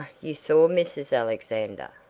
you saw mrs. alexander?